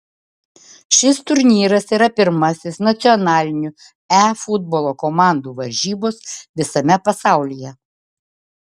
šis turnyras yra pirmasis nacionalinių e futbolo komandų varžybos visame pasaulyje